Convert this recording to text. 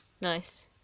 nice